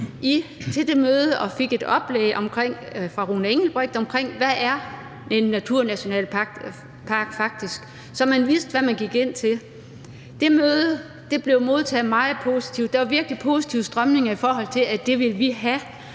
og fik et oplæg fra Rune Engelbreth omkring, hvad en naturnationalpark faktisk er, så folk vidste, hvad de gik ind til. Det møde blev modtaget meget positivt, og der var virkelig positive strømninger i forhold til, at det ville man have,